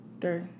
Three